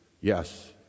yes